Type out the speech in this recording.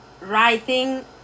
writing